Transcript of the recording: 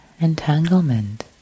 entanglement